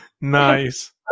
Nice